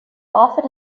often